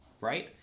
right